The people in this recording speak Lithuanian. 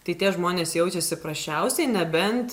tai tie žmonės jaučiasi prasčiausiai nebent